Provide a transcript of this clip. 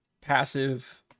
passive